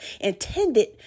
intended